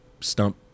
stump